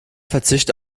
verzicht